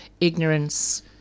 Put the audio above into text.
ignorance